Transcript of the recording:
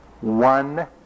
One